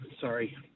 Sorry